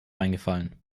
eingefallen